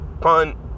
punt